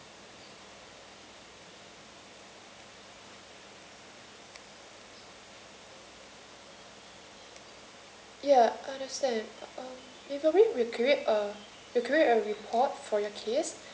ya understand um we create uh we create a report for your case